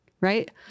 Right